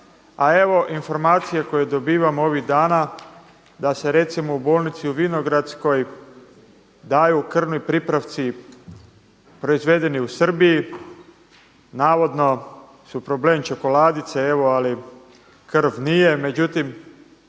a evo informacije koje dobivamo ovih dana da se recimo u bolnici u Vinogradskoj daju krvni pripravci proizvedeni u Srbiji. Navodno su problem čokoladice, evo ali krv nije. Međutim,